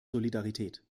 solidarität